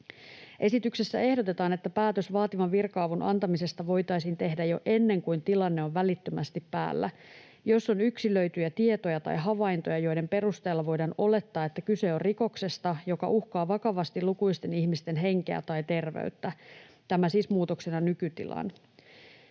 Esityksessä ehdotetaan, että päätös vaativan virka-avun antamisesta voitaisiin tehdä jo ennen kuin tilanne on välittömästi päällä, jos on yksilöityjä tietoja tai havaintoja, joiden perusteella voidaan olettaa, että kyse on rikoksesta, joka uhkaa vakavasti lukuisten ihmisten henkeä tai terveyttä — tämä siis muutoksena nykytilaan.